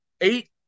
eight